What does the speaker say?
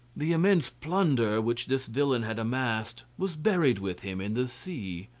the immense plunder which this villain had amassed, was buried with him in the sea,